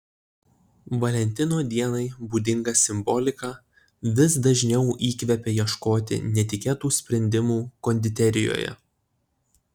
valentino dienai būdinga simbolika vis dažniau įkvepia ieškoti netikėtų sprendimų konditerijoje